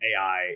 AI